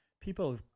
people